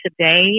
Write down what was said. today